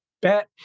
bet